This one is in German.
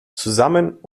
zusammen